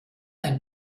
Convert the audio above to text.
ein